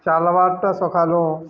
ଚାଲୱାର୍ଟା ସଖାଲୁ